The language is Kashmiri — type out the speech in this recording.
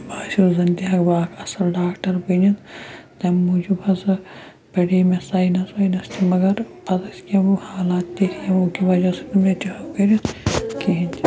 باسیٚو زَن تہِ ہیٚکہٕ بہٕ اَکھ اَصٕل ڈاکٹَر بٔنِتھ تَمہِ موٗجوٗب ہسا پرے مےٚ ساینَس واینَس تہِ مگر پَتہٕ ٲسۍ کینٛہہ گوٚو حالات تہِ یِتھی یمو کہِ وجہہ سۭتۍ مےٚ تہِ ہیوٚک کٔرِتھ کِہیٖنۍ تہِ